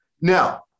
Now